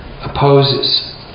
opposes